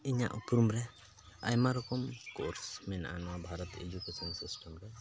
ᱤᱧᱟᱹᱜ ᱩᱯᱨᱩᱢ ᱨᱮ ᱟᱭᱢᱟ ᱨᱚᱠᱚᱢ ᱠᱳᱨᱥ ᱢᱮᱱᱟᱜᱼᱟ ᱱᱚᱣᱟ ᱵᱷᱟᱨᱚᱛ ᱮᱰᱩᱠᱮᱥᱚᱱ ᱥᱤᱥᱴᱮᱢ ᱨᱮ